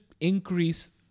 increase